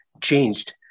changed